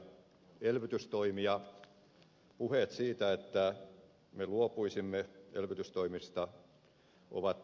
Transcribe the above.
puheet siitä että me luopuisimme elvytystoimista ovat vastuuttomia